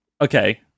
Okay